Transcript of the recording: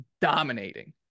dominating